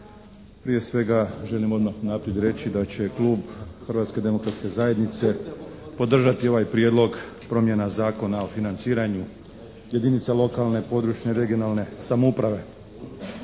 Prije svega želim odmah unaprijed reći da će Klub Hrvatske demokratske zajednice podržati ovaj Prijedlog promjena zakona o financiranju jedinica lokalne, područne /regionalne/ samouprave.